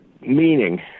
meaning